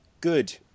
Good